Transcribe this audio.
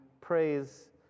praise